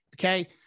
Okay